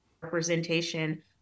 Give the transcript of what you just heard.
representation